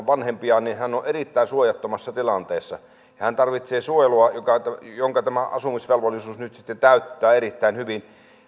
vanhempiaan niin hän on erittäin suojattomassa tilanteessa ja hän tarvitsee suojelua jonka jonka tämä asumisvelvollisuus nyt sitten täyttää erittäin hyvin